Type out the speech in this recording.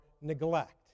neglect